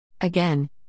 Again